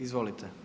Izvolite.